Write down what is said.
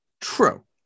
True